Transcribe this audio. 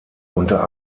unter